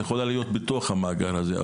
היא יכולה להיות בתוך המאגר הזה,